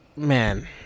man